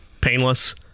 painless